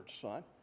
son